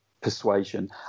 persuasion